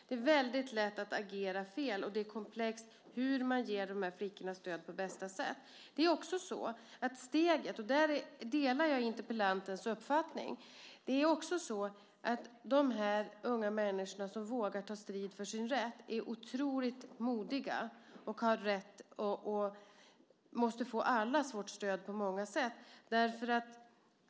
Det är väldigt lätt att agera fel, och det är en komplex fråga hur man ger de här flickorna stöd på bästa sätt. Det är också så - där delar jag interpellantens uppfattning - att de unga människor som vågar ta strid för sin rätt är otroligt modiga och måste få allas vårt stöd på många sätt.